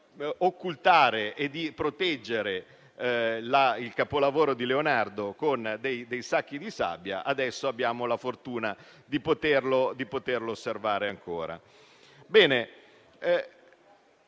occultare e di proteggere il capolavoro di Leonardo con dei sacchi di sabbia ci consente oggi di avere la fortuna di poterla osservare ancora.